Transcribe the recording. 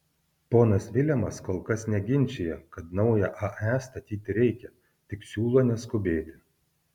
ponas vilemas kol kas neginčija kad naują ae statyti reikia tik siūlo neskubėti